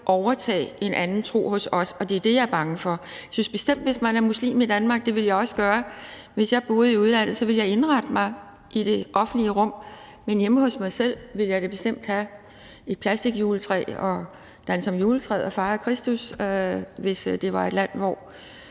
overtage en anden tro hos os, og det er det, jeg er bange for. Jeg synes bestemt, at man, hvis man er muslim i Danmark, kan indrette sig – det ville jeg også gøre. Hvis jeg boede i udlandet, ville jeg indrette mig efter det land i det offentlige rum, men hjemme hos mig selv ville jeg da bestemt have et plastikjuletræ, danse om juletræet og fejre Kristus, hvis det var et land, hvor